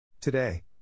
Today